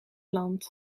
land